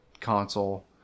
console